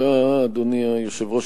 אדוני היושב-ראש,